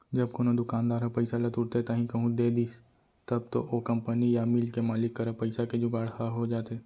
जब कोनो दुकानदार ह पइसा ल तुरते ताही कहूँ दे दिस तब तो ओ कंपनी या मील के मालिक करा पइसा के जुगाड़ ह हो जाथे